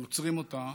אבל עוצרים אותה,